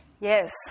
Yes